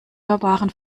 hörbaren